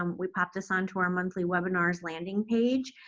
um we pop this onto our monthly webinars landing page,